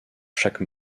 chaque